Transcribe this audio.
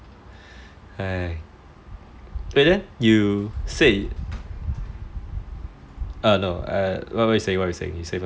!hais! eh then you said uh no I what you saying what you saying you say first